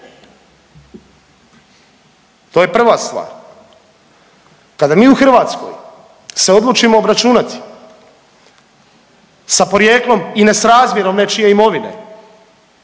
To je prva stvar. Kada mi u Hrvatskoj se odlučimo obračunati sa porijeklom i nesrazmjerom nečije imovine